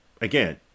again